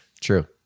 True